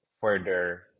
further